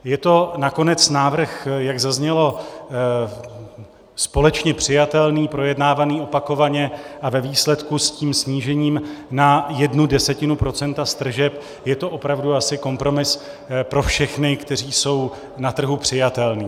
Je to nakonec návrh, jak zaznělo, společně přijatelný, projednávaný opakovaně a ve výsledku s tím snížením na 0,1 % z tržeb je to opravdu asi kompromis pro všechny, kteří jsou na trhu přijatelní.